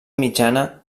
mitjana